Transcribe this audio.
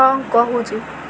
ହଁ କହୁଛି